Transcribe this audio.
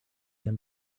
can